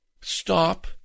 stop